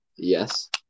Yes